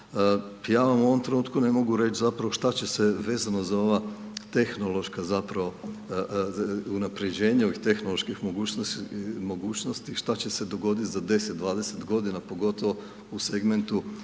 Ja vam u ovom trenutku ne mogu reći zapravo šta će se vezano za ova tehnološka zapravo unapređenja, ovih tehnoloških mogućnosti šta će se dogoditi za 10, 20 godina, pogotovo u segmentu